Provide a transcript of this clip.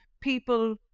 people